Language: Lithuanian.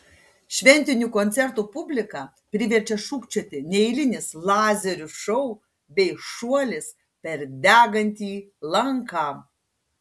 šventinių koncertų publiką priverčia šūkčioti neeilinis lazerių šou bei šuolis per degantį lanką